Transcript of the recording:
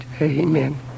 Amen